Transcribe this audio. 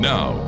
Now